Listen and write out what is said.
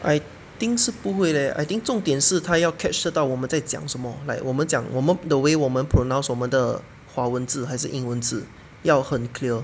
I think 是不会 leh I think 重点是他要 catch 得到我们在讲什么 like 我们讲我们 the way 我们 pronounce 我们的华文字还是英文字要很 clear